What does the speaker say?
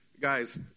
guys